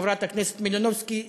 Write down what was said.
חברת הכנסת מלינובסקי,